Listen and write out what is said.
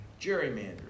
Gerrymandering